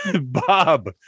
Bob